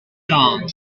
down